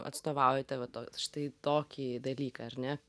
atstovaujate va to štai tokį dalyką ar ne